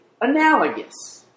analogous